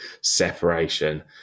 separation